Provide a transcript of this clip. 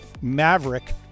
maverick